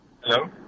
Hello